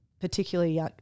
Particularly